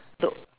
though